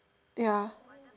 ya